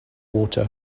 water